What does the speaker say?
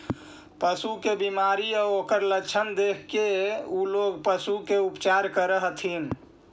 पशु के बीमारी आउ ओकर लक्षण देखके उ लोग पशु के उपचार करऽ हथिन